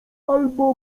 albo